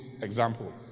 example